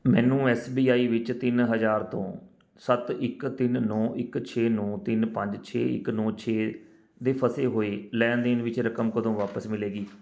ਮੈਨੂੰ S B I ਵਿੱਚ ਤਿੰਨ ਹਜ਼ਾਰ ਤੋਂ ਸੱਤ ਇੱਕ ਤਿੰਨ ਨੌਂ ਇੱਕ ਛੇ ਨੌਂ ਤਿੰਨ ਪੰਜ ਛੇ ਇੱਕ ਨੌਂ ਛੇ ਦੇ ਫਸੇ ਹੋਏ ਲੈਣ ਦੇਣ ਵਿੱਚ ਰਕਮ ਕਦੋਂ ਵਾਪਸ ਮਿਲੇਗੀ